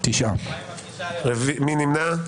מי נמנע?